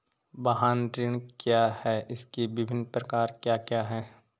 वाहन ऋण क्या है इसके विभिन्न प्रकार क्या क्या हैं?